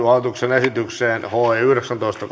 hallituksen esitykseen yhdeksäntoista